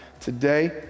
Today